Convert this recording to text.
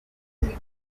ebyiri